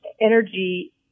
energy